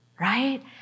right